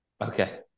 Okay